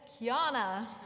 Kiana